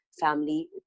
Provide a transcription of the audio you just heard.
family